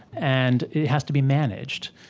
and it has to be managed.